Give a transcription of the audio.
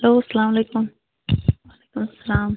hello اَلسَلام علیکُم وعلیکُم السَلام